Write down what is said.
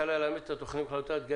השונים.